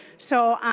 so